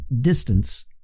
distance